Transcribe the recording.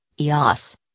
EOS